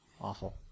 Awful